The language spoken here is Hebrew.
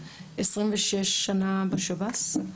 26 שנה בשב"ס.